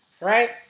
right